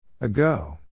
Ago